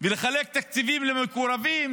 ולחלק תקציבים למקורבים הם